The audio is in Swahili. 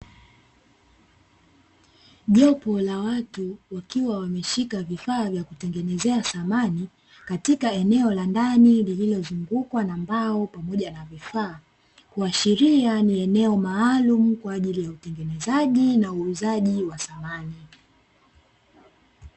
Jopo la watu wakiwa wameshika vifaa vya kutengenezea samani, katika eneo la ndani lililozungukwa na mbao pamoja na vifaa, kuashiria ni eneo maalumu kwa ajili ya utengenezaji na uuzaji wa samani.